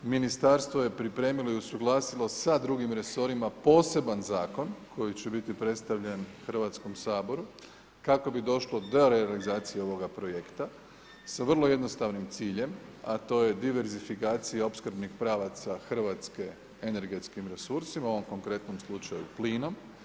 Ministarstvo je pripremilo i usuglasilo sa drugim resorima poseban zakon koji će biti predstavljen Hrvatskom saboru kako bi došlo do realizacije ovoga projekta sa vrlo jednostavnim ciljem, a to je diverzifikacija opskrbnih pravaca Hrvatske energetskim resursima, u ovom konkretnom slučaju plinom.